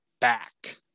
back